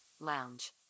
lounge